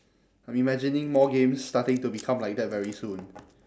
I'm imagining more games starting to become like that very soon